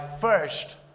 first